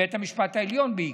בית המשפט העליון בעיקר,